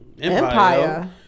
Empire